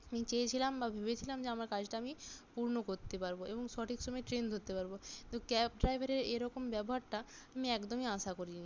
আমি চেয়েছিলাম বা ভেবেছিলাম যে আমার কাজটা আমি পূর্ণ করতে পারবো এবং সঠিক সময়ে ট্রেন ধরতে পারবো কিন্তু ক্যাব ড্রাইভারের এরকম ব্যবহারটা আমি একদমই আশা করি নি